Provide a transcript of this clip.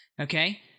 Okay